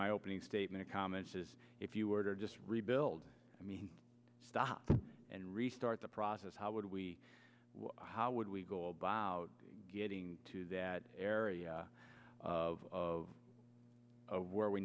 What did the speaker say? my opening statement comments is if you are just rebuild i mean stop and restart the process how would we how would we go about getting to that area of where we